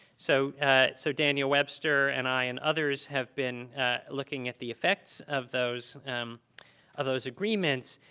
so so daniel webster and i and others have been looking at the effects of those um of those agreements,